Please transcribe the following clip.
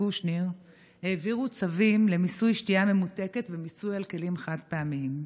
קושניר העבירו צווים למיסוי שתייה ממותקת ומיסוי כלים חד-פעמיים.